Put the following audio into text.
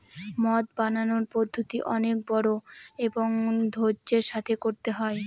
মদ বানানোর পদ্ধতি অনেক বড়ো এবং ধৈর্য্যের সাথে করতে হয়